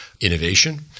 innovation